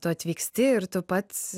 tu atvyksti ir tu pats